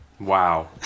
Wow